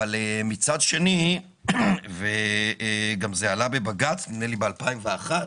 אבל מצד שני, וגם זה עלה בבג"ץ נדמה לי ב-2001,